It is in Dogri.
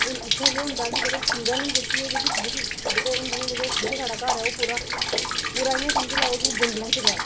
हून इ'त्थें केह् होंदा कि जेह्की चीड़ां आह्ली जेह्की जेह्की जेह्की जेह्के हून जियां जेह्का जि'त्थें साढ़ा घर ऐ ओह् पूरा ओह् पूरा इ'यां समझी लैओ कि जंगलें च गै